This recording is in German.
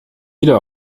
wieder